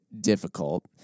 difficult